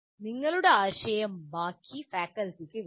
നിങ്ങളുടെ ആശയം ബാക്കി ഫാക്കൽറ്റികൾക്ക് വിൽക്കണം